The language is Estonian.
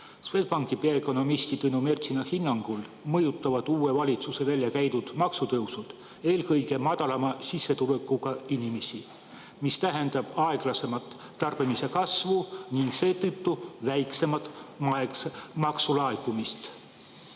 Swedbanki peaökonomisti Tõnu Mertsina hinnangul mõjutavad uue valitsuse väljakäidud maksutõusud eelkõige madalama sissetulekuga inimesi, mis tähendab aeglasemat tarbimise kasvu ning seetõttu väiksemat maksulaekumist.